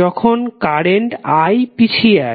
যখন current I পিছিয়ে আছে